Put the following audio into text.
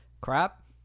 crap